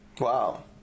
Wow